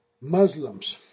Muslims